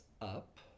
up